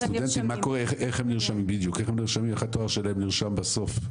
איך התואר שלהם נרשם בסוף?